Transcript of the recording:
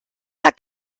that